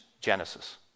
genesis